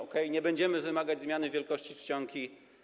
Okej, nie będziemy wymagać zmiany wielkości czcionki.